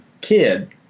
kid